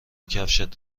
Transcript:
کفشت